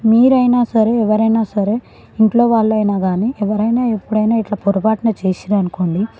మీరైనా సరే ఎవరైనా సరే ఇంట్లో వాళ్ళు అయినా కానీ ఎవరైనా ఎప్పుడైనా ఇట్లా పొరపాటున చేసినారు అనుకోండి